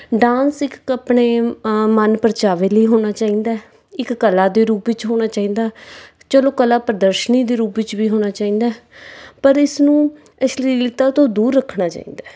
dance ਇੱਕ ਆਪਣੇ ਮਨ ਪਰਚਾਵੇ ਲਈ ਹੋਣਾ ਚਾਹੀਦਾ ਹੈ ਇੱਕ ਕਲਾ ਦੇ ਰੂਪ ਵਿੱਚ ਹੋਣਾ ਚਾਹੀਦਾ ਚਲੋ ਕਲਾ ਪ੍ਰਦਰਸ਼ਨੀ ਦੇ ਰੂਪ ਵਿੱਚ ਵੀ ਹੋਣਾ ਚਾਹੀਦਾ ਪਰ ਇਸਨੂੰ ਅਸ਼ਲੀਲਤਾ ਤੋਂ ਦੂਰ ਰੱਖਣਾ ਚਾਹੀਦਾ